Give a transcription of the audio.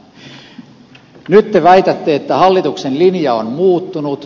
nyt te väitätte että hallituksen linja on muuttunut